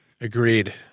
Agreed